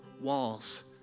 walls